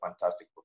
fantastic